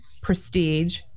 prestige